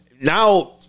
Now